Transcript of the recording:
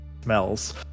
smells